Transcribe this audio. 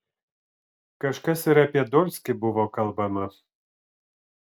kažkas ir apie dolskį buvo kalbama